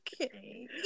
Okay